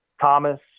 Thomas